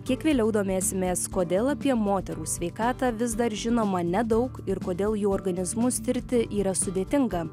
kiek vėliau domėsimės kodėl apie moterų sveikatą vis dar žinoma nedaug ir kodėl jų organizmus tirti yra sudėtinga